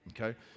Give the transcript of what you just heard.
okay